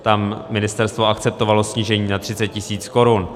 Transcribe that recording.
Tam ministerstvo akceptovalo snížení na 30 tisíc korun.